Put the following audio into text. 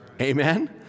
Amen